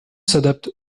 s’adapte